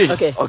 Okay